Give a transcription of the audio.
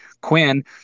Quinn